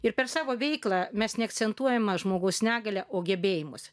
ir per savo veiklą mes neakcentuojama žmogaus negalia o gebėjimus